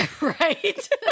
right